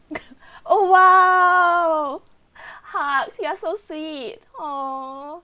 oh !wow! hugs you are so sweet !aww!